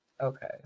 Okay